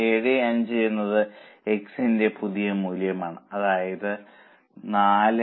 75 എന്നത് x ന്റെ പുതിയ മൂല്യമാണ് അതായത് 4